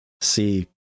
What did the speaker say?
see